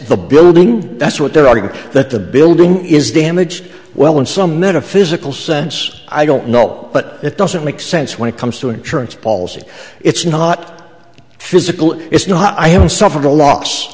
the building that's what they're arguing that the building is damaged well in some metaphysical sense i don't know but it doesn't make sense when it comes to insurance policy it's not physical it's not i haven't suffered a lo